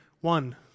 one